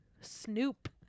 Snoop